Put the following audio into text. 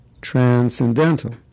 Transcendental